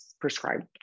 prescribed